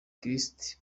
christ